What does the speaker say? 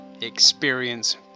experience